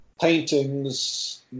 paintings